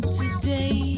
today